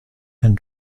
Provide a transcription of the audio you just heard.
and